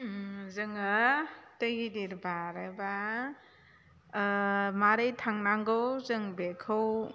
जोङो दै गिदिर बारोबा माबोरै थांनांगौ जों बेखौ